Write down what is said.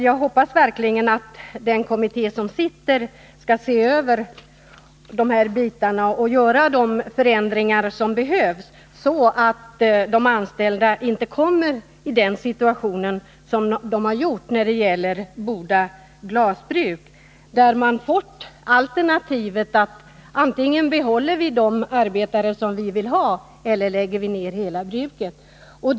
Jag hoppas verkligen att den kommitté som sitter skall se över de här bitarna och göra de förändringar som behövs, så att de anställda inte kommer i den situation som man gjort vid Boda glasbruk. Där har man fått alternativet att antingen behåller vi de arbetare som vi vill ha eller också lägger vi ned hela bruket.